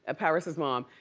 ah paris's mom,